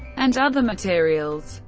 and other materials,